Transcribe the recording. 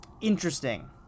interesting